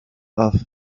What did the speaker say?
off